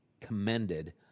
commended